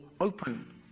open